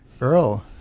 Earl